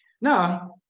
Now